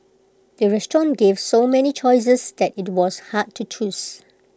the restaurant gave so many choices that IT was hard to choose